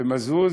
ומזוז